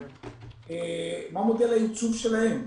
מה מודל הייצוב שלהם,